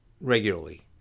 regularly